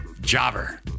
Jobber